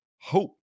hope